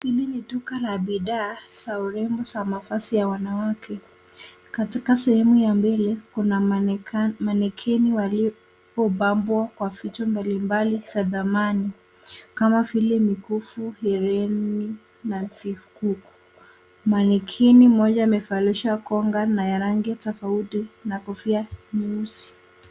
Hili ni dukaa la bidhaa za urembo za mavazi ya wanawake katika sehemu ya mbele kuna manikin waliopambwa kwa vitu mbali mabli za dhamani kama vile mikufu ,hereni na vikuu, manikin moja amevalishwa konga na ya rangi tofauti na kofia nyeusi.